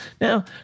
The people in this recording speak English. Now